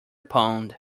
pond